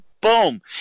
Boom